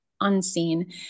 unseen